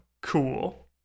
cool